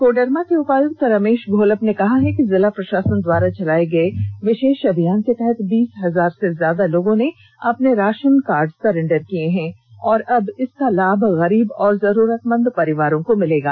कोडरमा के उपायुक्त रमेष घोलप ने कहा है कि जिला प्रषासन द्वारा चलाये गये विषेष अभियान के तहत बीस हजार से ज्यादा लोगों ने अपने राशन कार्ड सरेंडर किए हैं और अब इसका लाभ गरीब और जरूरतमंद परिवारों को मिलेगा